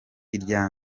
irya